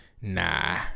Nah